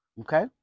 okay